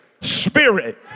Spirit